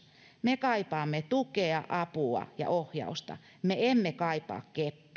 me kaipaamme tukea apua ja ohjausta me emme kaipaa keppiä